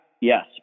yes